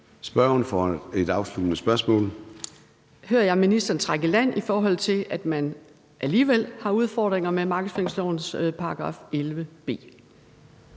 spørgsmål. Kl. 13:29 Mona Juul (KF): Hører jeg ministeren trække i land, i forhold til at man alligevel har udfordringer med markedsføringslovens § 11 b?